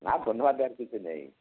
না ধন্যবাদ দেওয়ার কিছু নেই